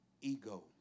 ego